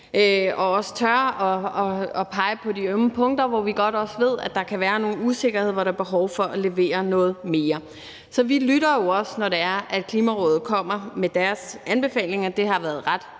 som også tør pege på de ømme punkter, hvor vi også godt ved at der kan være nogle usikkerheder, og hvor der er behov for at levere noget mere. Så vi lytter jo også, når det er, at Klimarådet kommer med deres anbefalinger. Det har været ret